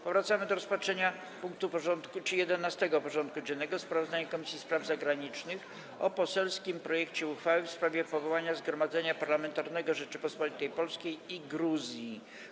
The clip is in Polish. Powracamy do rozpatrzenia punktu 11. porządku dziennego: Sprawozdanie Komisji Spraw Zagranicznych o poselskim projekcie uchwały w sprawie powołania Zgromadzenia Parlamentarnego Rzeczypospolitej Polskiej i Gruzji.